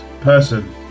person